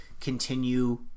continue